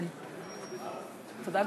תודה.